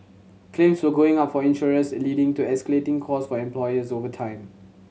claims were going up for insurers leading to escalating cost for employers over time